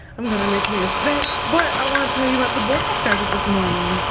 i'm gonna make me a snack. but i want to tell you about the book i started this morning.